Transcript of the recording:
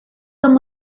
some